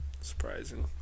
Surprising